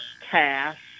cash